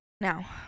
Now